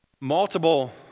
Multiple